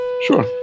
Sure